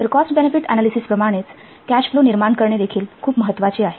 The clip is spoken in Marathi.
तर कॉस्ट बेनेफिट अनालिसिसप्रमाणेच कॅश फ्लो निर्माण करणे देखील खूप महत्वाचे आहे